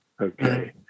Okay